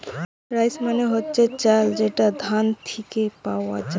rice মানে হচ্ছে চাল যেটা ধান থিকে পাওয়া যায়